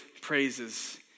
praises